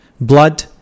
blood